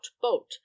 bolt